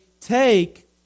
take